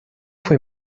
fue